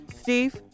steve